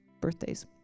Birthdays